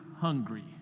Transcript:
hungry